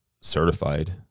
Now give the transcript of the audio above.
certified